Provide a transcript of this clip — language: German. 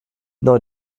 neu